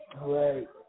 Right